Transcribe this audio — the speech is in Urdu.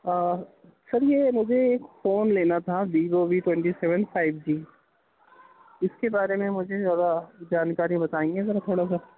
آ سر یہ مجھے ایک فون لینا تھا Vivo V twenty seven five G اِس کے بارے میں مجھے ذرا جانکاری بتائیں گے ذرا تھوڑا سا